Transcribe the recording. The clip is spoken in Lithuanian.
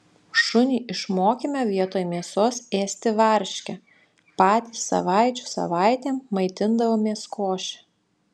šunį išmokėme vietoj mėsos ėsti varškę patys savaičių savaitėm maitindavomės koše